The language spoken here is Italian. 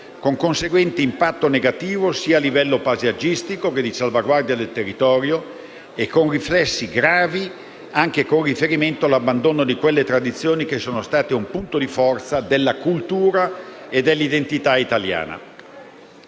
con conseguente impatto negativo sia a livello paesaggistico che di salvaguardia del territorio e con riflessi gravi, anche con riferimento all'abbandono di quelle tradizioni che sono state un punto di forza della cultura e dell'identità italiana.